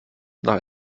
nach